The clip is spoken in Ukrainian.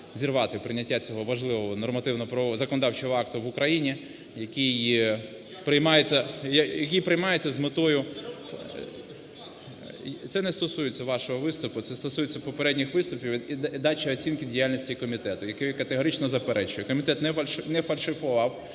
зірвати прийняття цього важливого нормативно-правового… законодавчого акту в Україні, який приймається, який приймається з метою… Це не стосується вашого виступу, це стосується попередніх виступів і дачі оцінки діяльності комітету, які я категорично заперечую. Комітет не фальшував